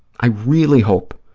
i really hope,